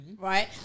right